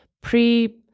pre